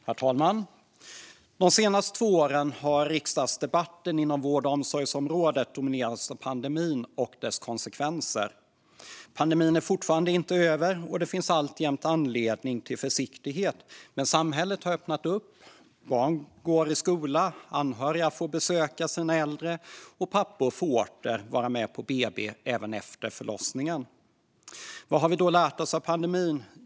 Herr talman! De senaste två åren har riksdagsdebatten inom vård och omsorgsområdet dominerats av pandemin och dess konsekvenser. Pandemin är fortfarande inte över, och det finns alltjämt anledning till försiktighet. Men samhället har öppnat upp, barn går i skola, anhöriga får besöka sina äldre och pappor får åter vara med på BB även efter förlossningen. Vad har vi då lärt oss av pandemin?